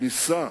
הכניסה